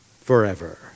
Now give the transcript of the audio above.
forever